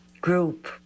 group